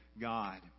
God